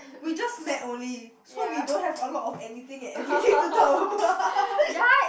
we just met only so we don't have a lot of anything and everything to talk about